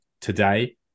today